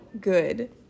good